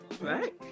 right